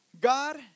God